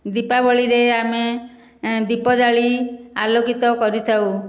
ଦୀପାବଳିରେ ଆମେ ଦୀପ ଜାଳି ଆଲୋକିତ କରିଥାଉ